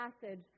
passage